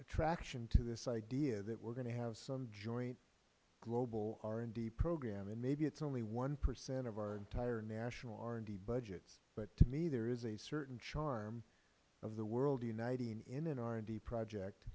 attraction to this idea that we are going to have some joint global r and d program and maybe it is only one percent of our entire national r and d budget but to me there is a certain charm of the entire world uniting in an r and d project